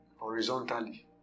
horizontally